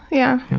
yeah.